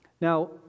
Now